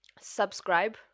subscribe